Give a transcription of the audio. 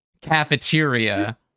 cafeteria